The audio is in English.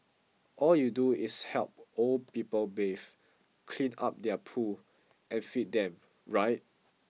all you do is help old people bathe clean up their poo and feed them right